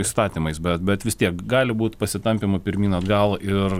įstatymais bet bet vis tiek gali būt pasitampymų pirmyn atgal ir